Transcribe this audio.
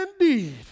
indeed